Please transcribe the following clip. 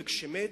וכשמת,